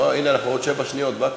הנה, עוד שבע שניות, וקנין.